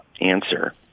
answer